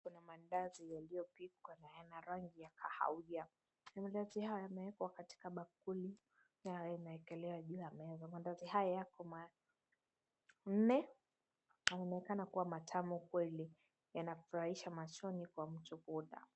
Mandazi yaliyopikwa na yana rangi ya kahawia, mandazi haya yamewekwa katika bakuli na yamewekelewa juu ya meza. Mandazi haya yako manne yanaonekana kuwa matamu kweli, yanafurahisha machoni kwa mtu kula.